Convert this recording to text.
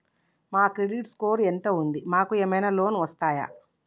మా credit score ఎంత ఉంది? మాకు ఏమైనా లోన్స్ వస్తయా?